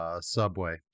Subway